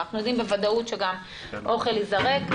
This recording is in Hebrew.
אנחנו יודעים בוודאות שאוכל ייזרק.